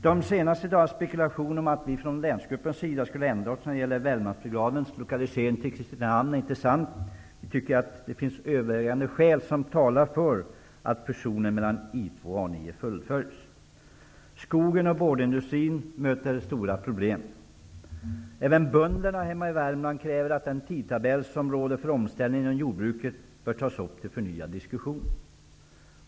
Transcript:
De senaste dagarnas spekulationer om att vi från länsgruppen skulle ha ändrat oss när det gäller Värmlandsbrigadens lokalisering till Kristinehamn är inte sanna. Vi tycker att det finns övervägande skäl som talar för att fusionen mellan I 2 och A 9 Skogen och boardindustrin möter stora problem. Även bönderna hemma i Värmland kräver att den tidtabell som råder för omställning inom jordbruket skall tas upp till förnyad diskussion.